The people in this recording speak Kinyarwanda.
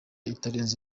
itarenze